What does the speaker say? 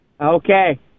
Okay